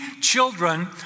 children